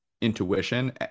intuition